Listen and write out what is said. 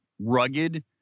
rugged